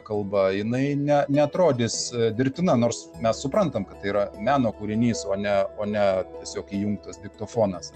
kalba jinai ne neatrodys dirbtina nors mes suprantam kad tai yra meno kūrinys o ne o ne tiesiog įjungtas diktofonas